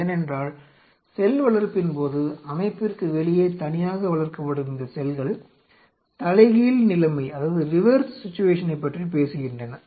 ஏனென்றால் செல் வளர்ப்பின்போது அமைப்பிற்கு வெளியே தனியாக வளர்க்கப்படும் இந்த செல்கள் தலைகீழ் நிலைமையைப் பற்றிப் பேசுகின்றன